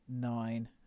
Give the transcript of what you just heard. nine